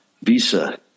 Visa